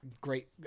Great